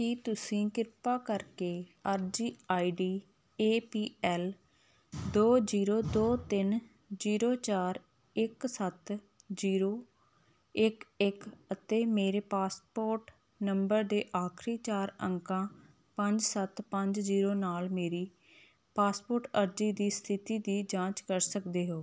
ਕੀ ਤੁਸੀਂ ਕਿਰਪਾ ਕਰਕੇ ਅਰਜ਼ੀ ਆਈਡੀ ਏ ਪੀ ਐਲ ਦੋ ਜ਼ੀਰੋ ਦੋ ਤਿੰਨ ਜ਼ੀਰੋ ਚਾਰ ਇੱਕ ਸੱਤ ਜ਼ੀਰੋ ਇੱਕ ਇੱਕ ਅਤੇ ਮੇਰੇ ਪਾਸਪੋਰਟ ਨੰਬਰ ਦੇ ਆਖਰੀ ਚਾਰ ਅੰਕਾਂ ਪੰਜ ਸੱਤ ਪੰਜ ਜ਼ੀਰੋ ਨਾਲ ਮੇਰੀ ਪਾਸਪੋਰਟ ਅਰਜ਼ੀ ਦੀ ਸਥਿਤੀ ਦੀ ਜਾਂਚ ਕਰ ਸਕਦੇ ਹੋ